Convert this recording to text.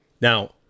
Now